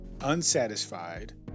unsatisfied